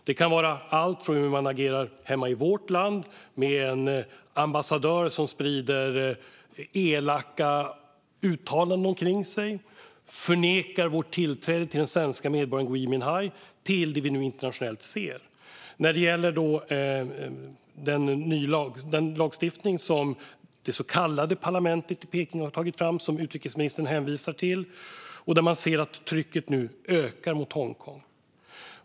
Det kan vara allt från hur man agerar hemma i vårt land med en ambassadör som sprider elaka uttalanden omkring sig och förnekar vårt tillträde till den svenska medborgaren Gui Minhai till det som vi nu internationellt ser när det gäller den lagstiftning som det så kallade parlamentet i Peking har tagit fram och som utrikesministern hänvisar till. Man ser att trycket nu ökar mot Hongkong.